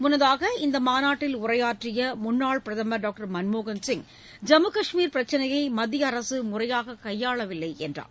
முன்னதாக இந்த மாநாட்டில் உரையாற்றிய முன்னாள் பிரதமர் டாக்டர் மன்மோகன் சிங் ஜம்மு கஷ்மீர் பிரச்சினையை மத்திய அரசு முறையாக கையாளவில்லை என்றார்